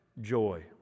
joy